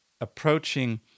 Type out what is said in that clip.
approaching